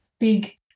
big